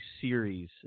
series